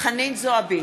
חנין זועבי,